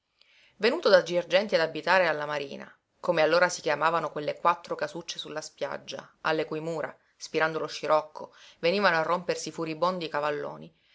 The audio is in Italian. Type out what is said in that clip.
venuto da girgenti ad abitare alla marina come allora si chiamavano quelle quattro casucce sulla spiaggia alle cui mura spirando lo scirocco venivano a rompersi furibondi i cavalloni